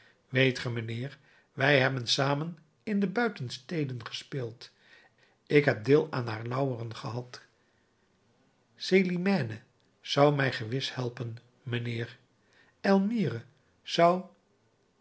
ge mijnheer wij hebben samen in de buitensteden gespeeld ik heb deel aan haar lauweren gehad célimène zou mij gewis helpen mijnheer elmire zou